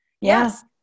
Yes